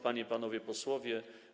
Panie i Panowie Posłowie!